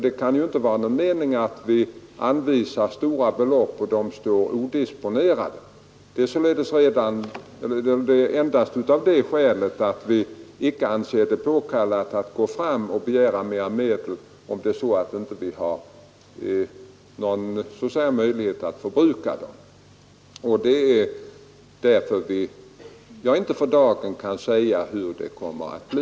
Det kan inte vara någon mening med att anvisa stora belopp som sedan står odisponerade. Vi anser det alltså inte påkallat att begära mera medel, om vi inte har någon möjlighet att förbruka dem. För dagen kan jag därför inte säga hur det kommer att bli.